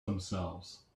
themselves